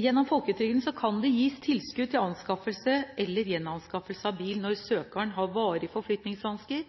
Gjennom folketrygden kan det gis tilskudd til anskaffelse eller gjenanskaffelse av bil når søkeren har varige forflytningsvansker,